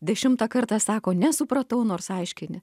dešimtą kartą sako nesupratau nors aiškini